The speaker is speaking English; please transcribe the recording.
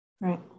Right